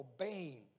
obeying